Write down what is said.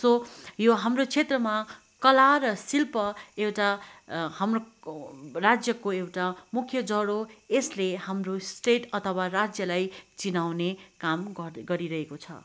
so यो हाम्रो क्षेत्रमा कला र शिल्प एउटा हाम्रो राज्यको एउटा मुख्य जड हो एसले हाम्रो स्टेट अथवा राज्यलाई चिनाउने काम गरिरहेको छ